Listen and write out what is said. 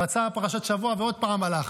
הוא רצה פרשת השבוע ועוד פעם הלך.